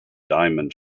diamond